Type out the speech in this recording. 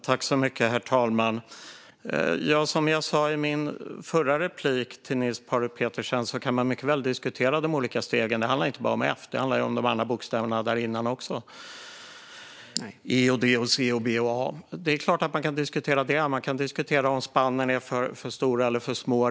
Herr talman! Som jag sa i min förra replik till Niels Paarup-Petersen kan man mycket väl diskutera de olika stegen; det handlar inte bara om F utan om de andra bokstäverna dessförinnan också - E, D, C, B och A. Det är klart att man kan diskutera det. Man kan diskutera om spannen är för stora eller för små.